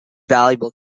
valuable